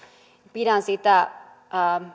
pidän sitä